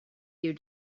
you